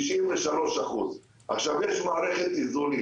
93%. יש מערכת איזונים